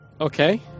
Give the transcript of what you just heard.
Okay